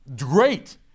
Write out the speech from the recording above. great